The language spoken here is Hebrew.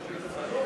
לשנת התקציב 2015,